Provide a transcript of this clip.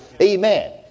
Amen